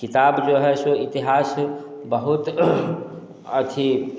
किताब जो है सो इतिहास बहुत अथि